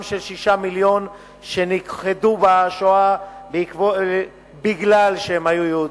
של שישה המיליון שנכחדו בשואה מפני שהיו יהודים.